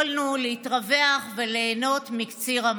אני לא יכול להבין איך שר האוצר ויתר על